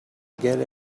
get